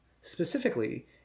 specifically